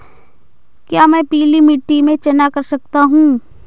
क्या मैं पीली मिट्टी में चना कर सकता हूँ?